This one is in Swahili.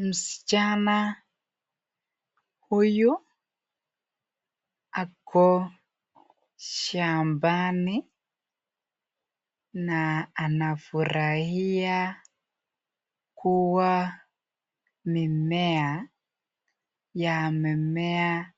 Mshana huyu ako shambani na anafurahia kuwa mimea yamemea